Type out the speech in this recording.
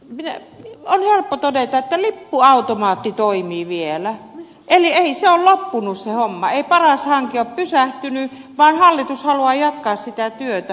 on helppo todeta että lippuautomaatti toimii vielä eli ei se ole loppunut se homma ei paras hanke ole pysähtynyt vaan hallitus haluaa jatkaa sitä työtä